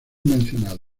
mencionados